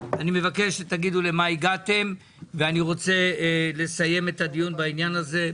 ואני מבקש שתגידו למה הגעתם ואני רוצה לסיים את הדיון בעניין הזה.